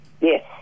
Yes